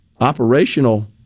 operational